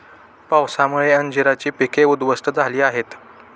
पावसामुळे अंजीराची पिके उध्वस्त झाली आहेत